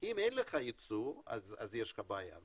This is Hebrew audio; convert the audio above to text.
אם אין לך ייצוא, אז יש לך בעיה.